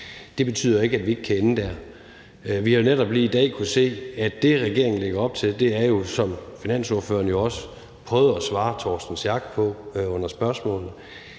Det betyder ikke, at vi ikke kan ende der. Vi har netop lige i dag kunnet se, at det, regeringen lægger op til, jo er, som finansordføreren også prøvede at svare hr. Torsten Schack Pedersen under spørgsmålet,